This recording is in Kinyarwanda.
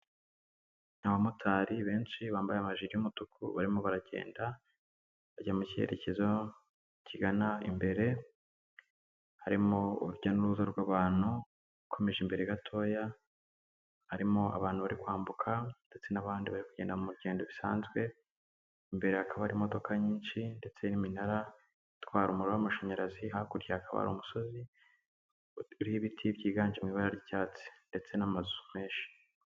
Abamotari benshi bambaye amajire y'umutuku barimo baragenda bajya mu cyerekezo kigana imbere harimo urujya n'uruza rw'abantu bakomeje imbere gatoya harimo abantu bari kwambuka ndetse n'abandi bari kugenda mu rugendo bisanzwe imbere hakaba imodoka nyinshi ndetse n'iminara itwara umuriro w'amashanyarazi hakurya hakaba umusozi uriho ibiti byiganjemo ibara ry'icyatsi ndetse n'amazu menshi.